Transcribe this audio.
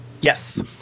Yes